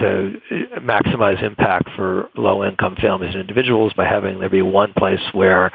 so maximize impact for low income families, individuals by having it be one place where